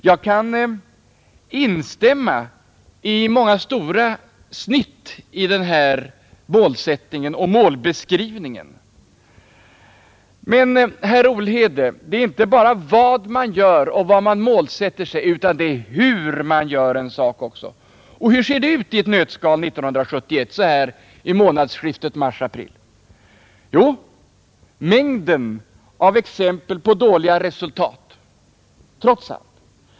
Jag kan instämma i många stora avsnitt i den här målsättningen och målbeskrivningen men, herr Olhede, det gäller inte bara vad man gör och vad man sätter upp som mål utan det gäller hur man gör en sak också. Och hur ser det ut 1971 i ett nötskal, så här i månadsskiftet mars-april? Jo, trots allt en mängd av exempel på dåliga resultat.